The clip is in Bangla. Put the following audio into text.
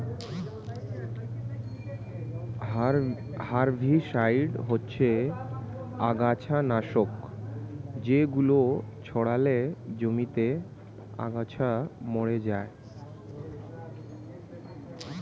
হারভিসাইড হচ্ছে আগাছানাশক যেগুলো ছড়ালে জমিতে আগাছা মরে যায়